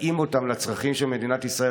להתאים אותם לצרכים של מדינת ישראל,